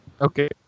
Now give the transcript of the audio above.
Okay